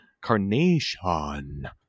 carnation